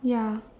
ya